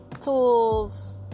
tools